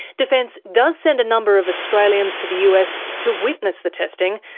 defence does send a number of australians to the us to witness the testing.